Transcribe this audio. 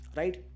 right